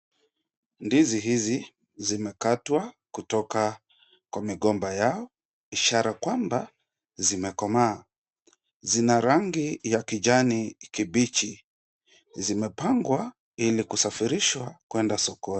Ndizi hizi zimekatwa kutoka kwa migomba yao ishara kwamba zimekomaa. Zina rangi ya kijani kibichi. Zimepangwa ili kusafirishwa kwenda sokoni.